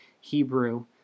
Hebrew